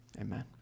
Amen